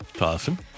Awesome